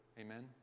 Amen